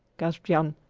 gasped jan,